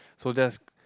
so that's